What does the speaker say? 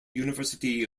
university